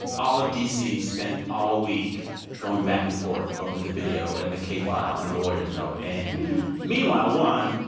all of d c. spent all week going back and forth over the video and the kfile and the lawyer's note. and meanwhile, one,